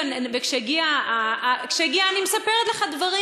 וכשהגיעה, אני מספרת לך דברים.